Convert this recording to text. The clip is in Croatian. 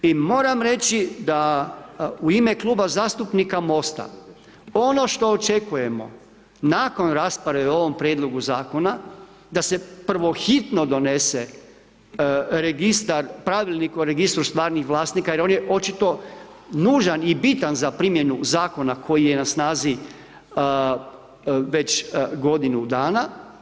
I moram reći da u ime Kluba zastupnika Mosta, ono što očekujemo nakon rasprave o ovom prijedlogu zakona, da se prvo hitno donese registar, pravilnik o registru stvarnih vlasnika, jer on je očito nužan i bitan za primjenu zakona koji je na snazi već godinu dana.